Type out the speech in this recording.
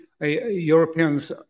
Europeans